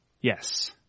Yes